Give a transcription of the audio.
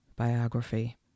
Biography